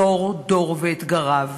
דור-דור ואתגריו,